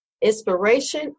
inspiration